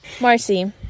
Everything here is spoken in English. Marcy